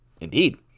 Indeed